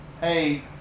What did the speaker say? Hey